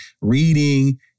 reading